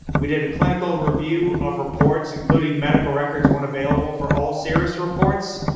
we did a clinical review of reports, including medical records when available for all serous reports,